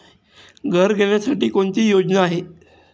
घर घेण्यासाठी कोणती योजना आहे?